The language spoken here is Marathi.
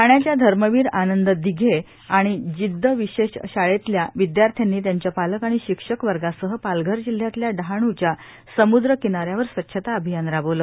ठाण्याच्या धर्मवीर आनंद दिघे आणि जिदद विशेष शाळेतल्या विदयार्थ्यांनी त्यांच्या पालक आणि शिक्षक वर्गासह पालघर जिल्ह्यातल्या डहाणुच्या समुद्र किना यावर स्वच्छता अभियान राबवलं